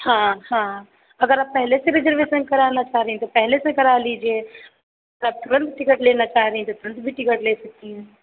हाँ हाँ अगर आप पहले से रिजर्वेशन करा लें नहीं तो पहले से करा लीजिए आप तुरन्त टिकट लेना चाह रही हैं तो तुरन्त भी टिकट ले सकती हैं